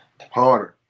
harder